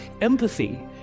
Empathy